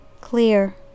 clear